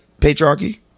patriarchy